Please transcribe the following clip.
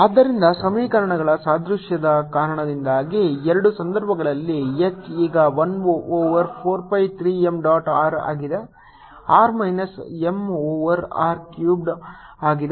ಆದ್ದರಿಂದ ಸಮೀಕರಣಗಳ ಸಾದೃಶ್ಯದ ಕಾರಣದಿಂದಾಗಿ ಎರಡೂ ಸಂದರ್ಭಗಳಲ್ಲಿ H ಈಗ 1 over 4 pi 3 m dot r ಆಗಿದೆ r minus m over r cubed ಆಗಿದೆ